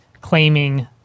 claiming